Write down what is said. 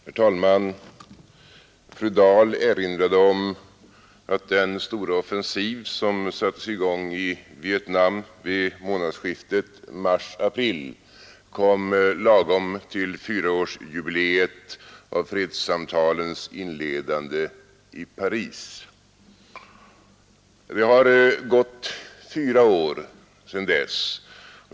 Herr talman! Fru Dahl erinrade om att den stora offensiv som sattes i gång i Vietnam vid månadsskiftet mars-april kom lagom till fyraårsjubileet av fredssamtalens inledande i Paris. Det har gått fyra år sedan dess.